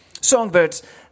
Songbirds